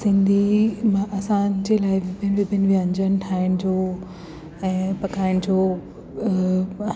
त सिंधी मां असांजे लाइ भिन भिन व्यंजन ठाहिण जो ऐं पकाइण जो